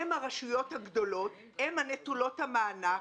הן הרשויות הגדולות, הן נטולות המענק,